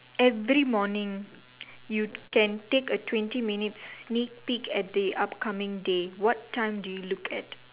every morning you can take a twenty minute sneak peek at the upcoming day what time do you look at